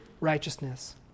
righteousness